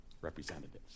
representatives